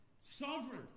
sovereign